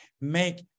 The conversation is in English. make